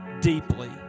deeply